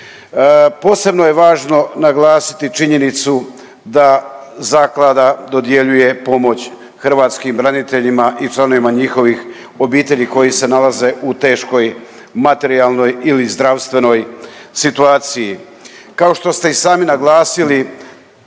Posebno je važno naglasiti činjenicu da zaklada dodjeljuje pomoć hrvatskim braniteljima i članovima njihovih obitelji koji se nalaze u teškoj materijalnoj ili zdravstvenoj situaciji.